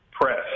press